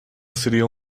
seriam